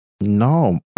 No